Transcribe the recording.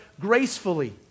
gracefully